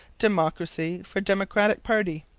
democracy for democratic party.